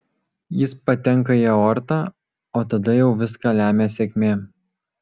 jis patenka į aortą o tada jau viską lemia sėkmė